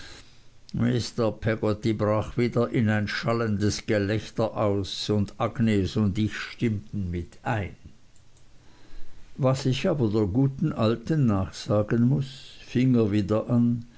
mr peggotty brach wieder in ein schallendes gelächter aus und agnes und ich stimmten mit ein was ich aber der guten alten nachsagen muß fing er wieder an